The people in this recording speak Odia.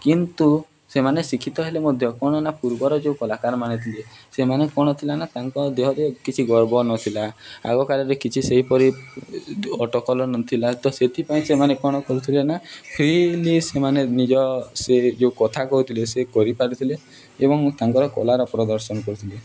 କିନ୍ତୁ ସେମାନେ ଶିକ୍ଷିତ ହେଲେ ମଧ୍ୟ କ'ଣ ନା ପୂର୍ବର ଯେଉଁ କଳାକାରମାନେ ଥିଲେ ସେମାନେ କ'ଣ ଥିଲା ନା ତାଙ୍କ ଦେହରେ କିଛି ଗର୍ବ ନଥିଲା ଆଗକାଳରେ କିଛି ସେହିପରି ଅଟକଳ ନଥିଲା ତ ସେଥିପାଇଁ ସେମାନେ କ'ଣ କରୁଥିଲେ ନା ଫ୍ରିଲି ସେମାନେ ନିଜ ସେ ଯେଉଁ କଥା କହୁଥିଲେ ସେ କରିପାରୁଥିଲେ ଏବଂ ତାଙ୍କର କଳାର ପ୍ରଦର୍ଶନ କରୁଥିଲେ